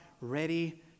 ready